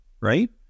right